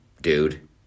dude